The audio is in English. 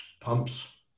pumps